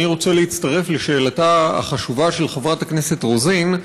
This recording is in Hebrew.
אני רוצה להצטרף לשאלתה החשובה של חברת הכנסת רוזין,